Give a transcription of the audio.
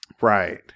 Right